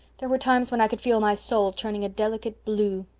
there were times when i could feel my soul turning a delicate blue.